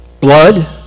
Blood